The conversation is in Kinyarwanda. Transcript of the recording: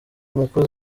mukozi